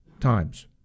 times